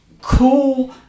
cool